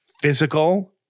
physical